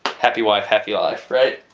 happy wife, happy life right?